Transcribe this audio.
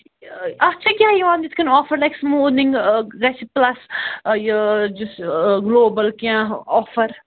اَتھ چھا کیٚنٛہہ یِوان یِتھٕ کٔنۍ آفَر لایِک سُمودِنٛگ گژھِ پُلَس یہِ گلوبَل کیٚنٛہہ آفر